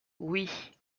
oui